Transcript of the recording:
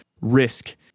risk